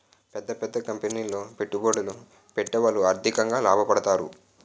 పెద్ద పెద్ద కంపెనీలో పెట్టుబడులు పెట్టేవాళ్లు ఆర్థికంగా లాభపడతారు